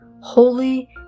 holy